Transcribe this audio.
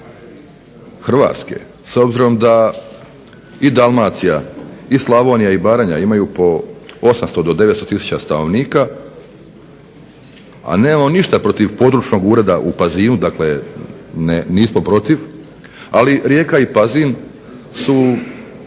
Hrvatske, s obzirom da i Dalmacija i Slavonija i Baranja imaju po 800 do 900 tisuća stanovnika, a nemamo ništa protiv Područnog ureda u Pazinu dakle nismo protiv, ali Rijeka i Pazin su